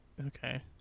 Okay